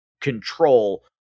control